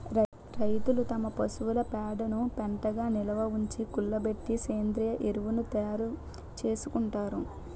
రైతులు తమ పశువుల పేడను పెంటగా నిలవుంచి, కుళ్ళబెట్టి సేంద్రీయ ఎరువును తయారు చేసుకుంటారు